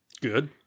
Good